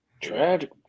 Tragic